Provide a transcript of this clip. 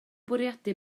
bwriadu